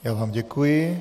Já vám děkuji.